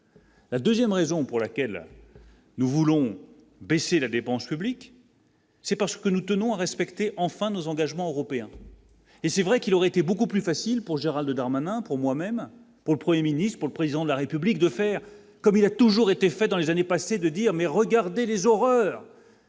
La 2ème, raison pour laquelle nous voulons baisser la dépense publique. C'est parce que nous tenons à respecter enfin nos engagements européens et c'est vrai qu'il aurait été beaucoup plus facile pour Gérald Darmanin pour moi-même, pour le 1er ministre, le président de la République de faire comme il a toujours été fait dans les années passées, de dire : mais regardez les horreurs.